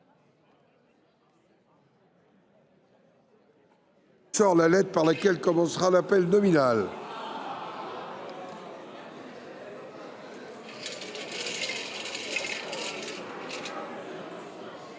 au sort la lettre par laquelle commencera l’appel nominal. Le